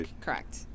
correct